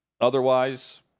otherwise